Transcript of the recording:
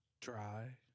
Dry